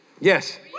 Yes